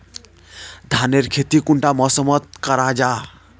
धानेर खेती कुंडा मौसम मोत करा जा?